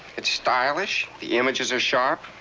it's stylish, the images are sharp,